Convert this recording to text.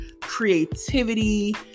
creativity